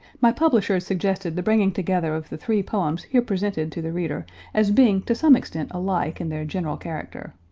my publishers suggested the bringing together of the three poems here presented to the reader as being to some extent alike in their general character.